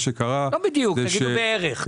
לא בדיוק, תגיד בערך.